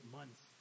months